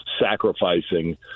sacrificing